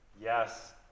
Yes